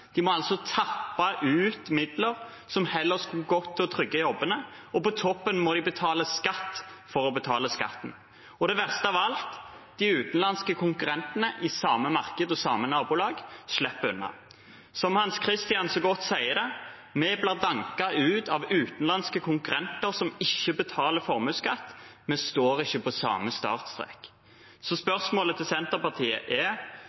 altså tappe ut midler som heller skulle ha gått til å trygge jobbene, og på toppen av det må de betale skatt for å betale skatten. Det verste av alt er at de utenlandske konkurrentene i samme marked og samme nabolag slipper unna. Som Hans Kristian så godt sier det: Vi blir danket ut av utenlandske konkurrenter som ikke betaler formuesskatt – vi står ikke på samme startstrek. Så spørsmålet til Senterpartiet er: